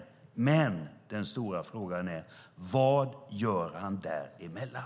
Men den stora frågan är: Vad gör han däremellan?